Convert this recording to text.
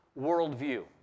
worldview